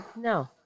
no